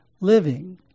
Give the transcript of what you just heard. living